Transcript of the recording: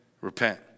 repent